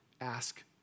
ask